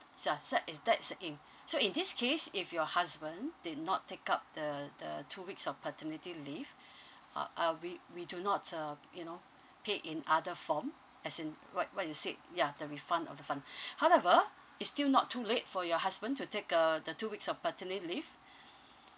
just that it's that's in so in this case if your husband did not take up the the two weeks of paternity leave uh uh we we do not um you know pay in other form as in what what you said ya the refund of fund however it's still not too late for your husband to take uh the two weeks of paternity leave